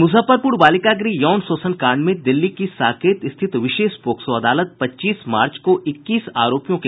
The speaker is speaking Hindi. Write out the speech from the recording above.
मुजफ्फरपुर बालिका गृह यौन शोषण कांड में दिल्ली की साकेत स्थित विशेष पोक्सो अदालत पच्चीस मार्च को इक्कीस आरोपियों के खिलाफ आरोप तय करेगी